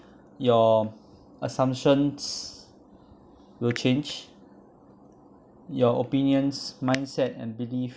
your assumptions will change your opinions mindset and beliefs